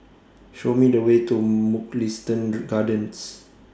Show Me The Way to Mugliston Gardens